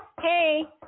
Hey